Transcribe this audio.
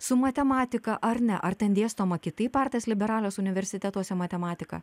su matematika ar ne ar ten dėstoma kitaip artes liberales universitetuose matematika